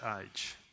age